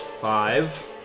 Five